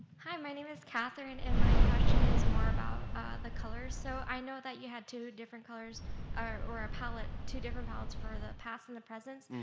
hi, my name is catherine and my question is more about the colors. so i know that you had two different colors or a palette, two different palettes for the past and the present.